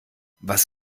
was